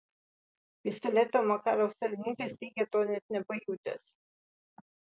pistoleto makarov savininkas teigia to net nepajutęs